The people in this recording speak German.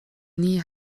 nie